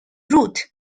route